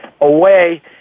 away